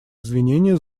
извинения